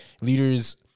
leaders